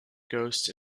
ghost